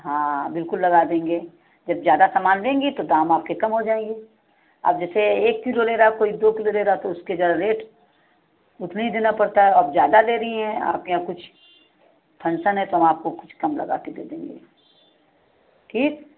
हाँ बिल्कुल लगा देंगे जब ज़्यादा समान देंगी तो दाम आपके कम हो जाएंगे अब जैसे कोई एक किलो ले रहा दो किलो ले रहा तो उसके ज़्यादा रेट उतने ही देना पड़ता है अब ज़्यादा दे रही हैं आपके यहाँ कुछ टेन्सन है तो हम आपको कुछ कम लगा के दे देंगे ठीक